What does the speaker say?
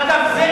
אגב,